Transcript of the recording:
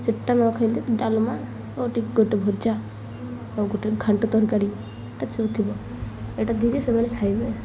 ସେଟା ନ ଖାଇଲେ ଡାଲମା ଆଉ ଟିକେ ଗୋଟେ ଭଜା ଆଉ ଗୋଟେ ଘାଣ୍ଟ ତରକାରୀ ଏଟା ସବୁ ଥିବ ଏଇଟା ଧୀରେ ସେମାନେ ଖାଇବେ